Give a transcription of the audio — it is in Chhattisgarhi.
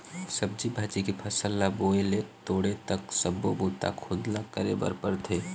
सब्जी भाजी के फसल ल बोए ले तोड़े तक सब्बो बूता खुद ल करे बर परथे